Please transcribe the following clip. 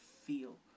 Feel